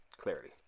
clarity